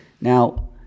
Now